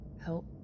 help